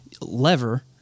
lever